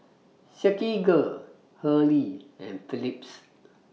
Silkygirl Hurley and Phillips